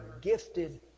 gifted